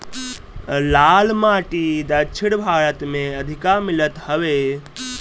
लाल माटी दक्षिण भारत में अधिका मिलत हवे